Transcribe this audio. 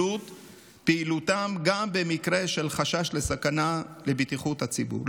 פעילותם גם במקרה של חשש לסכנה לבטיחות הציבור.